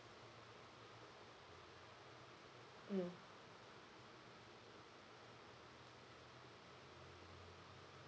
mm